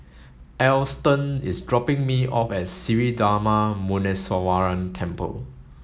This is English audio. Alston is dropping me off at Sri Darma Muneeswaran Temple